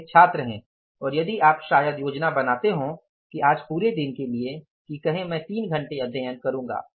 आप एक छात्र हैं और यदि आप शायद योजना बनाते हो आज पूरे दिन के लिए कि कहें मैं 3 घंटे अध्ययन करूंगा